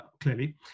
clearly